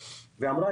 ואמרה,